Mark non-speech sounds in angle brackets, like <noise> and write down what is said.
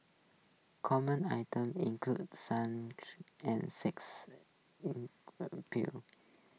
common items included sun <unintelligible> and sex <unintelligible> pills